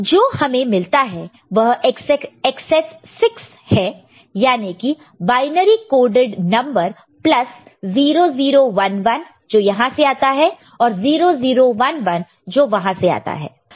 जो हमें मिलता है वह एकसेस 6 है याने की बायनरी कोडेड नंबर प्लस 0011 जो यहां से आता है और 0011 जो वहां से आता है